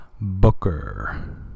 Booker